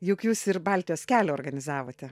juk jūs ir baltijos kelią organizavote